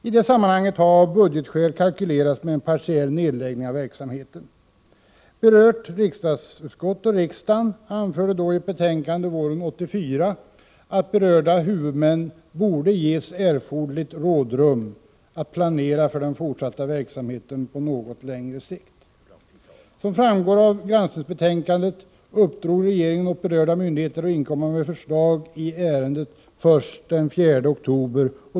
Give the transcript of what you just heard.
I detta sammanhang har av budgetskäl kalkylerats med en partiell nedläggning av verksamheten. Jordbruksutskottet anförde i ett betänkande våren 1984 att berörda huvudmän borde ges erforderligt rådrum att planera för den fortsatta verksamheten på något längre sikt. Som framgår av granskningsbetänkandet uppdrog regeringen åt berörda myndigheter att inkomma med förslag i ärendet först den 4 oktober.